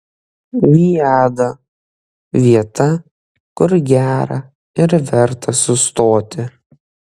viada vieta kur gera ir verta sustoti